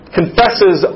confesses